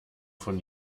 von